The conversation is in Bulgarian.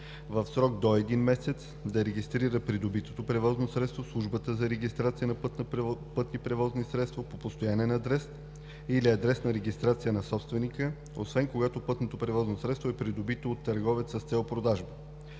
„в срок до един месец да регистрира придобитото превозно средство в службата за регистрация на пътни превозни средства по постоянния адрес или адрес на регистрация на собственика, освен когато пътното превозно средство е придобито от търговец с цел продажба“.